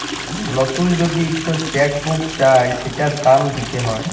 লতুল যদি ইকট চ্যাক বুক চায় সেটার দাম দ্যিতে হ্যয়